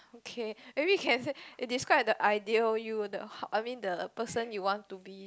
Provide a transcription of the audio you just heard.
okay maybe you can say it describes the ideal you the I mean the person you want to be